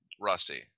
Rusty